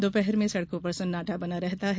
दोपहर में सड़कों पर सन्नाटा बना रहता है